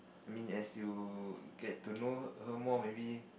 I mean as you get to know her more maybe